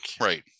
right